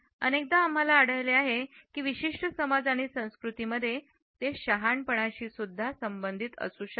अनेकदा आम्हाला आढळले आहे की विशिष्ट समाज आणि संस्कृतींमध्ये ते शहाणपणाशी संबंधित असू शकते